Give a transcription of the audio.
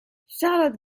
charlotte